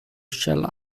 shell